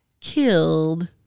killed